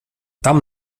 tam